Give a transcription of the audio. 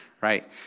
right